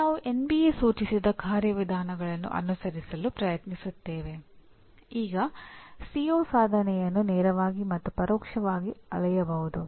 ಈಗ ನಾವು N BA ನೇರ ಸಾಧನೆಯನ್ನು ನಿರ್ಧರಿಸಬಹುದು